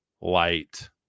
light